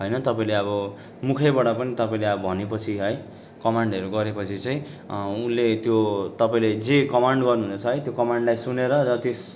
होइन तपाईँले अब मुखैबाट पनि तपाईँले अब भने पछि है कमान्डहरू गरे पछि चाहिँ उनले त्यो तपाईँले जे कमान्ड गर्नु हुनेछ है त्यो कमान्डलाई सुनेर र त्यस